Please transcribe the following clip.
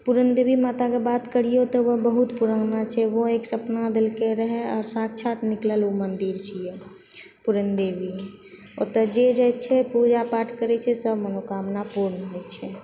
पुरनदेवी माताके बात करिओ तऽ एकगो बहुत पुराना छै ओ एकगो सपना देलकै रहै आ ओ साक्षात निकलल एकटा मन्दिर छिए पुरनदेवी ओतय जे जाइत छै पूजा पाठ करैत छै सब मनोकामना पूर्ण होइत छै